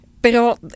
Pero